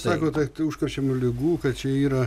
sakot užkrečiamų ligų kad čia yra